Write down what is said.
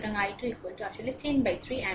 সুতরাং i2 আসলে 103 ampere